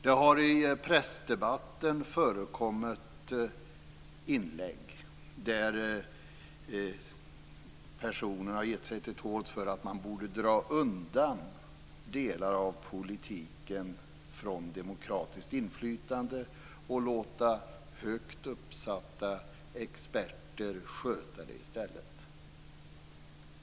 Det har i pressdebatten förekommit inlägg där personer har gjort sig till tolkar för att man borde dra undan delar av politiken från demokratiskt inflytande och låta högt uppsatta experter sköta dem i stället.